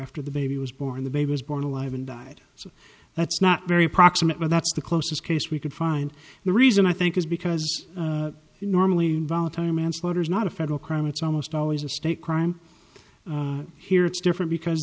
after the baby was born the baby was born alive and died so that's not very proximate but that's the closest case we could find the reason i think is because normally involuntary manslaughter is not a federal crime it's almost always a state crime here it's different because